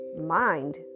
mind